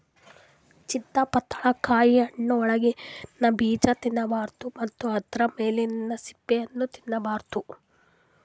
ಚಿತ್ತಪಳಕಾಯಿ ಹಣ್ಣ್ ಒಳಗಿಂದ ಬೀಜಾ ತಿನ್ನಬಾರ್ದು ಮತ್ತ್ ಆದ್ರ ಮ್ಯಾಲಿಂದ್ ಸಿಪ್ಪಿನೂ ತಿನ್ನಬಾರ್ದು